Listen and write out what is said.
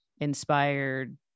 inspired